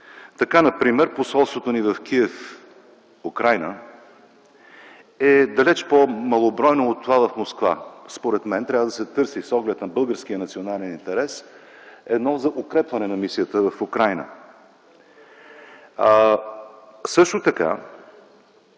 Например Посолството ни в Киев, Украйна, е далече по-малобройно от това в Москва. Според мен трябва да се търси с оглед на българския национален интерес едно укрепване на мисията в Украйна. Това